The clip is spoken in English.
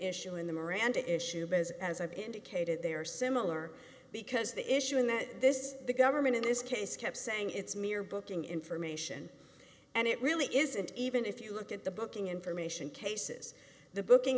issue in the miranda issue because as i indicated there are similar because the issue in that this is the government in this case kept saying it's mere booking information and it really isn't even if you look at the booking information cases the booking